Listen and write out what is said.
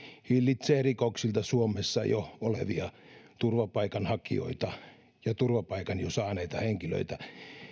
hillitsee rikoksilta suomessa jo olevia turvapaikanhakijoita ja turvapaikan jo saaneita henkilöitä